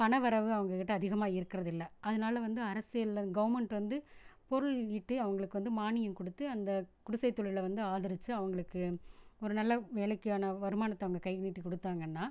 பண வரவு அவங்ககிட்ட அதிகமாக இருக்கிறதில்ல அதனால வந்து அரசியல்ல கவர்மெண்ட் வந்து பொருள் ஈட்டி அவங்களுக்கு வந்து மானியம் கொடுத்து அந்த குடிசைத்தொழில வந்து ஆதரித்து அவங்களுக்கு ஒரு நல்ல வேலைக்கான வருமானத்தை அவங்க கை நீட்டி கொடுத்தாங்கன்னா